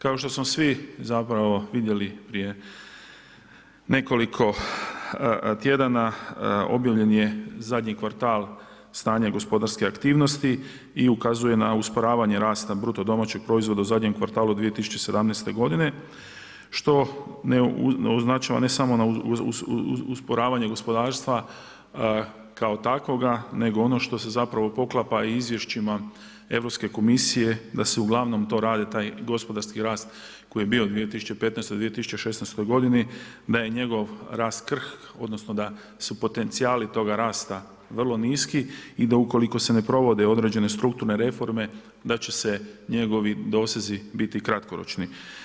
Kao što smo svi vidjeli prije nekoliko tjedana objavljen je zadnji kvartal stanje gospodarske aktivnosti i ukazuje na usporavanje rasta BDP-a u zadnjem kvartalu 2017. godine što označava ne samo usporavanje gospodarstva kao takvoga nego ono što se poklapa u izvješćima Europske komisije da se uglavnom to rade taj gospodarski rast koji je bio u 2015. i 2016. godini, da je njegov rast krhk odnosno da su potencijali toga rasta vrlo niski i da ukoliko se ne provode određene strukturne reforme da će njegovi dosezi biti kratkoročni.